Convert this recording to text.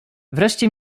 wreszcie